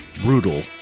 brutal